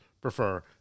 prefer